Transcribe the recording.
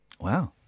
Wow